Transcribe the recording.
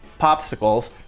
popsicles